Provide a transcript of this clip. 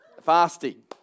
fasting